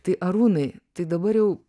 tai arūnai tai dabar jau